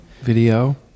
Video